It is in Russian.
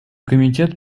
комитет